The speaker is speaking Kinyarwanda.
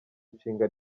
nshinga